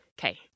Okay